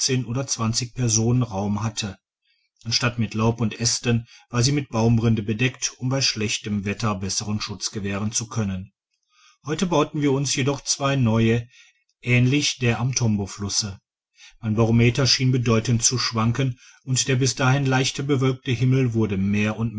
oder personen raum hatte anstatt mit laub und aesten war sie mit baumrinde bedeckt um bei schlechtem wetter besseren schutz gewähren zu können heute bauten wir uns jedoch zwei neue ähnlich der am tomboflusse mein barometer schien bedeutend zu schwanken und der bis dahin leicht bewölkte himmel wurde mehr und